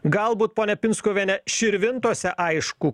galbūt ponia pinskuvienė širvintose aišku